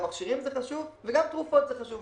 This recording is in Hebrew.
גם מכשירים זה חשוב וגם תרופות זה חשוב.